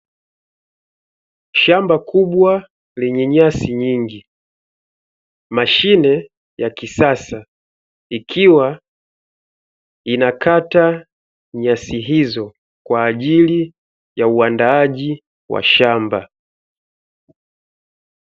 Shamba kubwa lenye nyasi nyingi mashine ya kisasa ikiwa inakata nyasi hizo kwaajili ya uandaaji wa shamba.